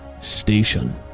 station